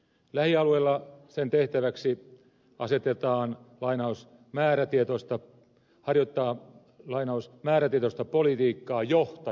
lähialueillamme sen tehtäväksi asetetaan harjoittaa määrätietoista politiikkaa johtajuutta